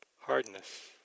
hardness